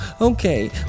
Okay